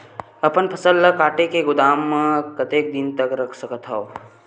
अपन फसल ल काट के गोदाम म कतेक दिन तक रख सकथव?